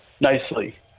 nicely